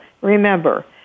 remember